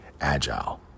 agile